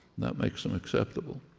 that makes them acceptable.